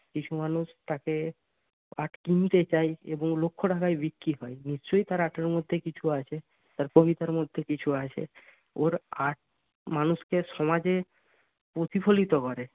কিছু মানুষ তাকে আর্ট কিনতে চায় এবং লক্ষ টাকায় বিক্রি হয় নিশ্চই তার আর্টের মধ্যে কিছু আছে তার কবিতার মধ্যে কিছু আছে ওর আর্ট মানুষকে সমাজে প্রতিফলিত করে